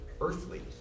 earthly